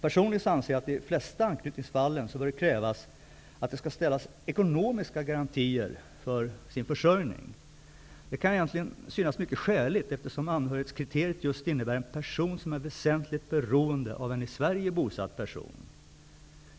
Personligen anser jag att det i de flesta anknytningsfallen bör krävas ekonomiska garantier för invandrares försörjning. Det kan egentligen synas mycket skäligt, eftersom anhörighetskriteriet just gäller ''person som är väsentligen beroende av en i Sverige bosatt person''.